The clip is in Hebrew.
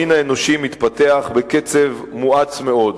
המין האנושי מתפתח בקצב מואץ מאוד.